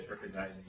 recognizing